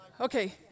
okay